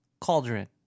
cauldron